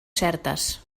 certes